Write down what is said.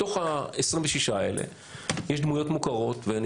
בתוך ה-26 האלה יש דמויות מוכרות ואני